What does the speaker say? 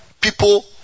People